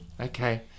Okay